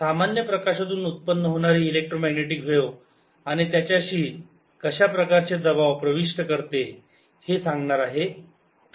सामान्य प्रकाशातून उत्पन्न होणारी इलेक्ट्रोमॅग्नेटिक व्हेव आणि त्याच्याशी कशा प्रकारचे दबाव प्रविष्ट करते हे सांगणार आहे